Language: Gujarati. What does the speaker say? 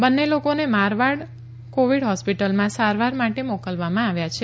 બંને લોકોને મારવાડ કોવિડ હોસ્પિટલમાં સારવાર માટે મોકલવામાં આવ્યા છે